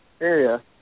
area